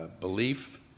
belief